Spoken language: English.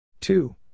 two